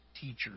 teachers